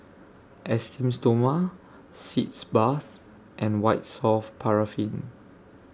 Esteem Stoma Sitz Bath and White Soft Paraffin